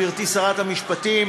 גברתי שרת המשפטים,